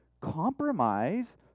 compromise